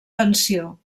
pensió